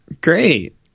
Great